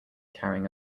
carrying